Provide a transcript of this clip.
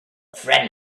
friend